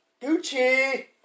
Gucci